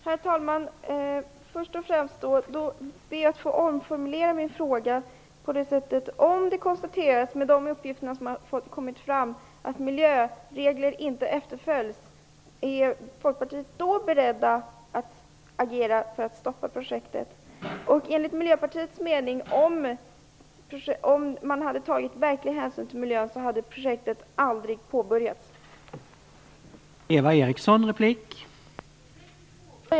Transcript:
Herr talman! Jag ber att få omformulera min fråga så här: Om det grundat på de uppgifter som har kommit fram kan konstateras att miljöregler inte efterföljs, är ni i Folkpartiet då beredda att agera för att stoppa projektet? Om man hade tagit verklig hänsyn till miljön skulle projektet aldrig ha påbörjats, enligt Miljöpartiets mening.